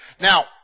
Now